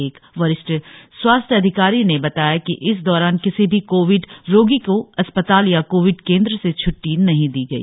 एक वरिष्ठ स्वास्थ्य अधिकारी ने बताया कि इस दौरान किसी भी कोविड रोगी को अस्पताल या कोविड केंद्र से छ्ट्टी नही दी गई